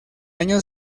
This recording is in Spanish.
año